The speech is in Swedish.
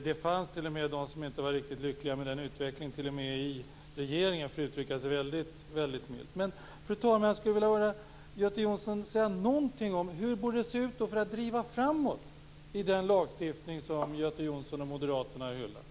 Det fanns t.o.m. de i regeringen som inte var riktigt lyckliga med den utvecklingen, för att nu uttrycka sig väldigt milt. Fru talman! Jag skulle vilja höra Göte Jonsson säga någonting om hur det borde se ut för att driva sakerna framåt i den lagstiftning som Göte Jonsson och Moderaterna hyllar.